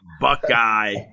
Buckeye